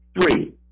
Three